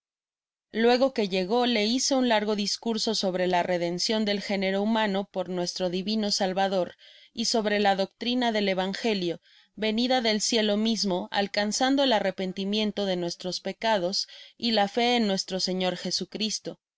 luego que llegó le hice un largo discurso sobre la redencion del género humano por nuestro divino salvador y sobre la doctrina del evangelio venida del cielo mismo alcanzando el arrepentimiento de nuestros pecados y la fé en nuestro señor jesucristo